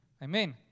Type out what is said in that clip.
Amen